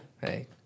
Hey